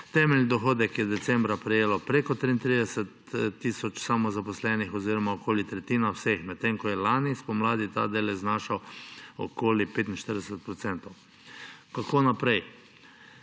Temeljni dohodek je decembra prejelo več kot 33 tisoč samozaposlenih oziroma okoli tretjina vseh, medtem ko je lani spomladi ta delež znašal okoli 45 %. Kako naprej?